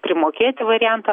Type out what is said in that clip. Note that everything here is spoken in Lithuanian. primokėti variantą